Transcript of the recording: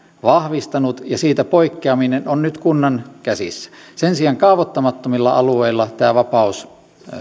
vahvistanut ja siitä poikkeaminen on nyt kunnan käsissä sen sijaan kaavoittamattomilla alueilla tämä vapaus